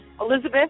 Elizabeth